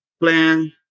plan